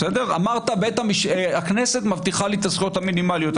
אמרת: הכנסת מבטיחה לי את הזכויות המינימליות.